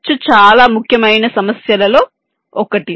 ఖర్చు చాలా ముఖ్యమైన సమస్యలలో ఒకటి